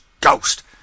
ghost